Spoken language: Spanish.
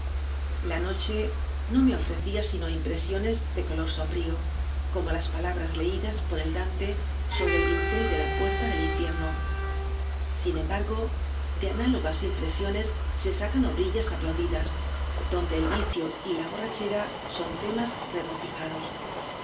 la noche no me ofrecía sino impresiones de color s o m brío como las palabras leídas por el dante sobre el dintel de la puerta del infierno sin e m bargo de análogas impresiones se sacan obrillas aplaudidas donde el vicio y la borrachera son temas regocijados